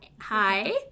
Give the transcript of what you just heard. Hi